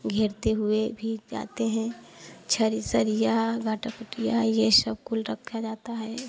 घेरते हुए ईंट लाते हैं छर सरिया वाटर पुटिया यह सब कुछ रखा जाता है